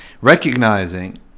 Recognizing